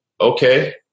okay